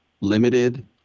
limited